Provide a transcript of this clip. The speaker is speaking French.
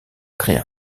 créer